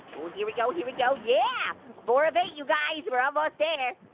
oh. here we go. here we go. yeah. four of eight, you guys. we are almost there.